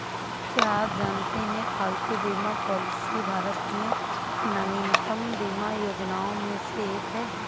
क्या आप जानते है पालतू बीमा पॉलिसी भारत में नवीनतम बीमा योजनाओं में से एक है?